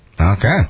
Okay